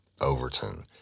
Overton